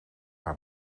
haar